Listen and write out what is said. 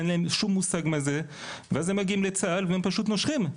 אין להם שום מושג מה זה ואז הם מגיעים לצה"ל והם פשוט נושרים.